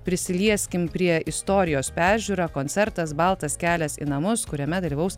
prisilieskim prie istorijos peržiūra koncertas baltas kelias į namus kuriame dalyvaus